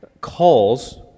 calls